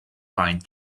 pine